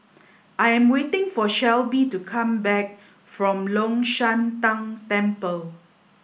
I am waiting for Shelby to come back from Long Shan Tang Temple